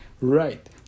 right